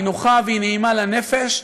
היא נוחה והיא נעימה לנפש,